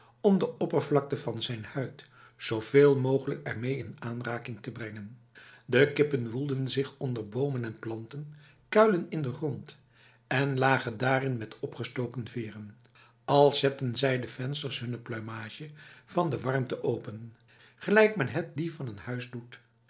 om de oppervlakte van zijn huid zoveel mogelijk ermee in aanraking te brengen de kippen woelden zich onder bomen en planten kuilen in de grond en lagen daarin met opgestoken veren als zetten zij de vensters hunner pluimage van de warmte open gelijk men het die van een huis doet